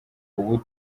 ubu